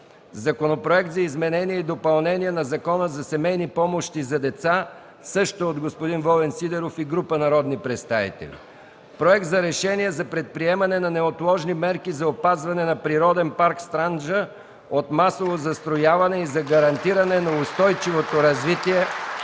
Законопроект за изменение и допълнение на Закона за семейни помощи за деца, внесен от Волен Сидеров и група народни представители. Проект за решение за предприемане на неотложни мерки за опазване на Природен парк „Странджа” от масово застрояване и за гарантиране на устойчивото развитие